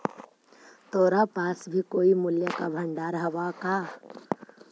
तोरा पास भी कोई मूल्य का भंडार हवअ का